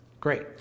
Great